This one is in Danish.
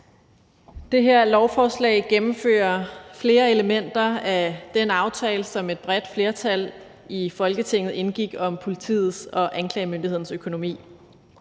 Det her lovforslag gennemfører flere elementer af den aftale, som et bredt flertal i Folketinget indgik om politiets og anklagemyndighedens økonomi.